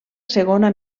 segona